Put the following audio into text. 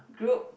group